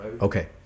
Okay